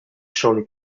shortly